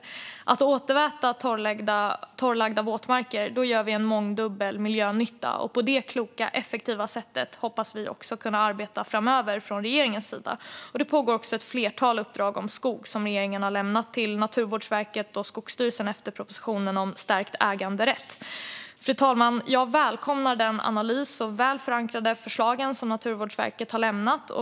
Att återväta torrlagda våtmarker gör mångdubbel miljönytta. På det kloka och effektiva sättet hoppas vi kunna arbeta framöver från regeringens sida. Det pågår också ett flertal uppdrag om skog som regeringen har lämnat till Naturvårdsverket och Skogsstyrelsen efter propositionen om stärkt äganderätt. Fru talman! Jag välkomnar den analys och de väl förankrade förslag som Naturvårdsverket har lämnat.